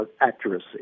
accuracy